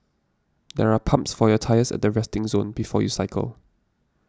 there are pumps for your tyres at the resting zone before you cycle